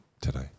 today